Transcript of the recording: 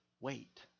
wait